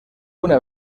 una